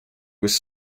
was